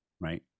right